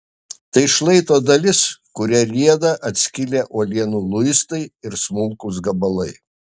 tai šlaito dalis kuria rieda atskilę uolienų luistai ir smulkūs gabalai